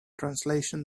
translation